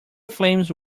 frames